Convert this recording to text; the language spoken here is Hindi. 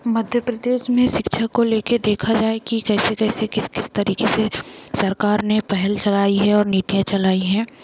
मध्यप्रदेश में शिक्षा को ले के देखा जाए कि कैसे कैसे किस किस तरीक़े से सरकार ने पहल चलाई है और नीतियाँ चलाई है